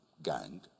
gang